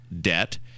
debt